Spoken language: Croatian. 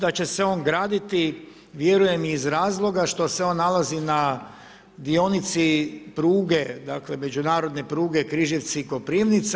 Da će se on graditi vjerujem i iz razloga što se on nalazi na dionici pruge dakle međunarodne pruge Križevci – Koprivnica.